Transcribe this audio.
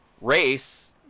race